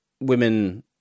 women